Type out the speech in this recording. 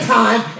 time